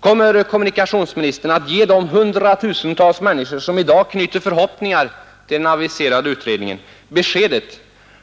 Kommer kommunikationsministern att ge de hundratusentals människor som i dag knyter förhoppningar till den aviserade utredningen besked